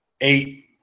Eight